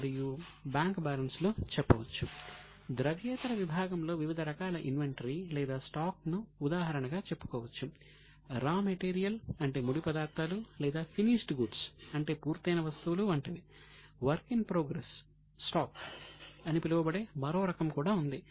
ఇప్పుడు తదుపరిది current assets అని పిలువబడే మరో రకం కూడా ఉంది